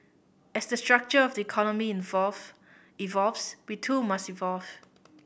as the structure of the economy evolve evolves we too must evolve